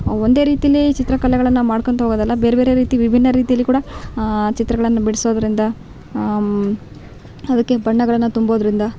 ಒಂದೇ ರೀತಿಯಲ್ಲಿ ಚಿತ್ರಕಲೆಯನ್ನು ಮಾಡ್ಕೊತಾ ಹೋಗೋದಲ್ಲ ಬೇರೆ ಬೇರೆ ರೀತಿ ವಿಭಿನ್ನ ರೀತಿಯಲ್ಲಿ ಕೂಡ ಚಿತ್ರಗಳನ್ನು ಬಿಡ್ಸೋದರಿಂದ ಅದಕ್ಕೆ ಬಣ್ಣಗಳನ್ನು ತುಂಬೋದರಿಂದ